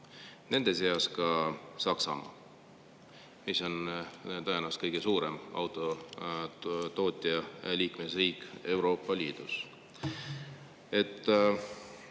nende seas ka Saksamaa, mis on tõenäoliselt kõige suurem autotootja Euroopa Liidus.